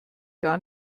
gar